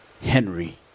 henry